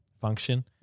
function